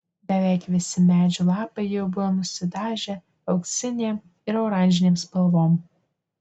beveik visi medžių lapai jau buvo nusidažę auksinėm ir oranžinėm spalvom